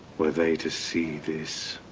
were they to see this.